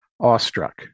awestruck